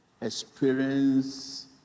experience